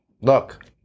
look